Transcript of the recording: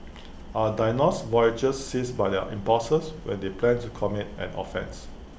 are diagnosed voyeurs seized by their impulses when they plan to commit an offence